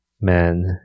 men